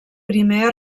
primer